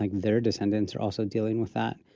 like their descendants are also dealing with that.